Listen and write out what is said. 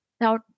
Now